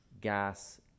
gas